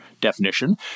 definition